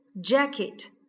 jacket